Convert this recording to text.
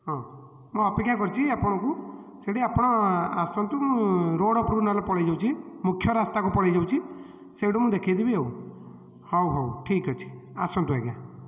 ହଁ ମୁଁ ଅପେକ୍ଷା କରିଛି ଆପଣଙ୍କୁ ସେଇଠି ଆପଣ ଆସନ୍ତୁ ମୁଁ ରୋଡ଼୍ ଉପରକୁ ନହେଲେ ପଳେଇଯାଉଛି ମୁଖ୍ୟ ରାସ୍ତାକୁ ପଳେଇଯାଉଛି ସେଇଠୁ ମୁଁ ଦେଖେଇଦେବି ଆଉ ହଉ ହଉ ଠିକ୍ ଅଛି ଆସନ୍ତୁ ଆଜ୍ଞା